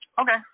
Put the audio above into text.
Okay